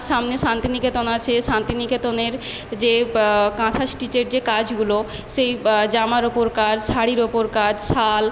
সামনে শান্তিনিকেতন আছে শান্তিনিকেতনের যে বা কাঁথা স্টিচের যে কাজগুলো সেই জামার ওপর কাজ শাড়ির ওপর কাজ শাল